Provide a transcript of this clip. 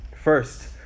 First